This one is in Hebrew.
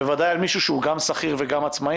בוודאי על מישהו שהוא גם שכיר וגם עצמאי